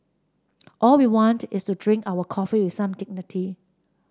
all we want is to drink our coffee with some dignity